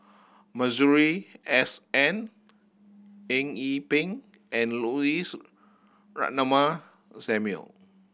Masuri S N Eng Yee Peng and Louis Ratnammah Samuel